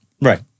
Right